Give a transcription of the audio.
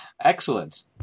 excellent